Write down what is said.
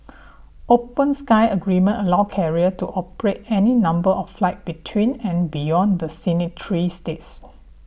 open skies agreements allow carriers to operate any number of flights between and beyond the signatory states